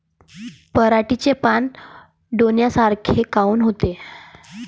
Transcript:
पराटीचे पानं डोन्यासारखे काऊन होते?